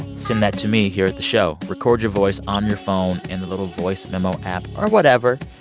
send that to me here at the show. record your voice on your phone in the little voice memo app or whatever.